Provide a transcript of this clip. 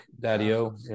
Daddy-O